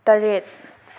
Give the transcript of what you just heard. ꯇꯔꯦꯠ